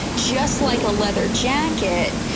just like a leather jacket,